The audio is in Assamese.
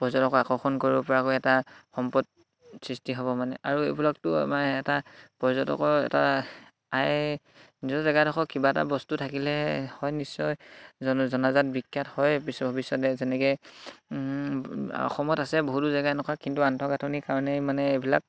পৰ্যটকৰ আকৰ্ষণ কৰিব পৰাকৈ এটা সম্পদ সৃষ্টি হ'ব মানে আৰু এইবিলাকতো আমাৰ এটা পৰ্যটকৰ এটা আই নিজৰ জেগাডখৰ কিবা এটা বস্তু থাকিলে হয় নিশ্চয় জন জনাজাত বিখ্যাত হয় পিছত ভৱিষ্যতে যেনেকৈ অসমত আছে বহুতো জেগা এনেকুৱা কিন্তু আন্তঃগাঁথনিৰ কাৰণেই মানে এইবিলাক